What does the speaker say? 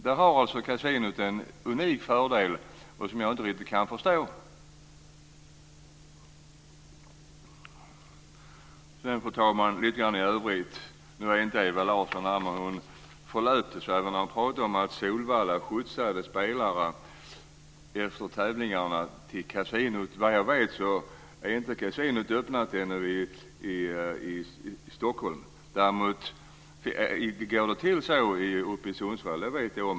Där har kasinot en unik fördel som jag inte riktigt kan förstå. Fru talman! Lite grann i övrigt. Nu är inte Ewa Larsson här. Hon talade om att Solvalla skjutsade spelare efter tävlingarna till kasinot. Såvitt jag vet är kasinot inte öppnat ännu i Stockholm. Däremot går det till så uppe i Sundsvall. Det vet jag om.